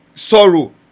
Sorrow